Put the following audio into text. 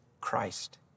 Christ